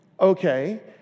Okay